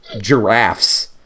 giraffes